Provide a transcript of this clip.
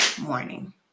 morning